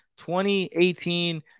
2018